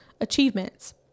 achievements